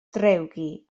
drewgi